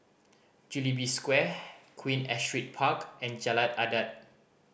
Jubilee Square Queen Astrid Park and Jalan Adat